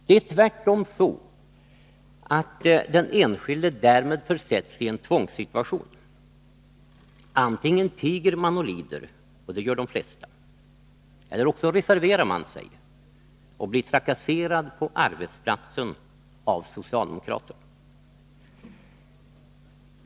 Det är tvärtom så att den enskilde därmed försätts i en tvångssituation. Antingen tiger man och lider — och det gör de flesta — eller också reserverar man sig och blir trakasserad på arbetsplatsen av socialdemokrater.